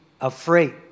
afraid